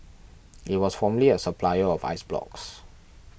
it was formerly a supplier of ice blocks